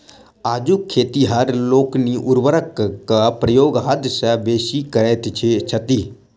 आजुक खेतिहर लोकनि उर्वरकक प्रयोग हद सॅ बेसी करैत छथि